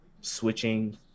switching